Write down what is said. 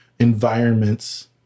environments